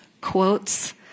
quotes